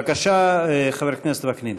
בבקשה חבר הכנסת וקנין.